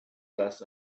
less